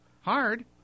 Hard